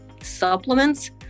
supplements